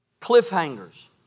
cliffhangers